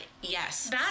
yes